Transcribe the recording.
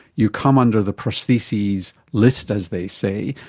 you come under the prostheses list, as they say,